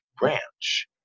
branch